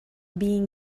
being